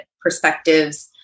perspectives